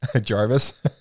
Jarvis